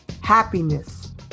happiness